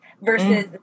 versus